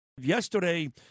Yesterday